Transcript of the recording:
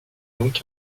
donc